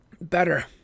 better